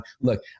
Look